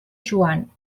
joan